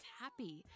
happy